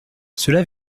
cela